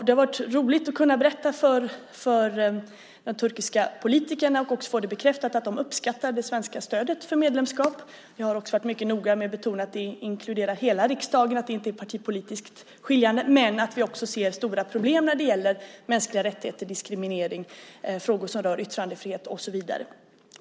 Det har varit roligt att kunna berätta om det för de turkiska politikerna och också få det bekräftat att de uppskattar det svenska stödet för medlemskap. Jag har också varit mycket noga med att betona att det inkluderar hela riksdagen, att det inte är partipolitiskt skiljande, men att vi också ser stora problem när det gäller mänskliga rättigheter, diskriminering, frågor som rör yttrandefrihet, och så vidare.